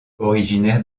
originaire